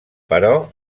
però